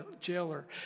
jailer